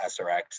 SRX